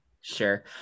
sure